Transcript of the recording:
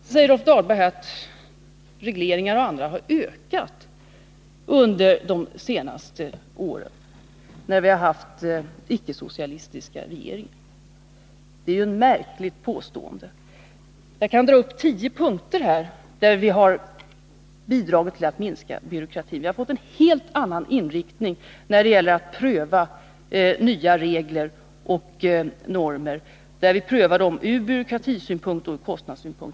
Sedan säger Rolf Dahlberg att regleringarna har ökat under de senaste åren, när vi har haft icke-socialistiska regeringar. Det är ett märkligt påstående. Jag kan dra upp flera punkter, där vi har bidragit till att minska byråkratin. Vi har fått en helt annan inriktning när det gäller att pröva nya regler och normer — vi prövar dem ur byråkratisynpunkt och ur kostnadssynpunkt.